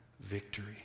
victory